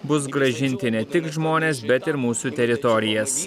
bus grąžinti ne tik žmonės bet ir mūsų teritorijas